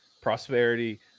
prosperity